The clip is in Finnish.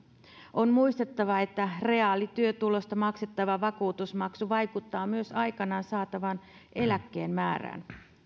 on muistettava että reaalityötulosta maksettava vakuutusmaksu vaikuttaa myös aikanaan saatavan eläkkeen määrään